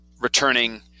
returning